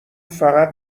فقط